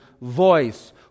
voice